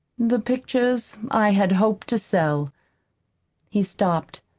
the pictures i had hoped to sell he stopped,